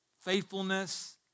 faithfulness